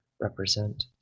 represent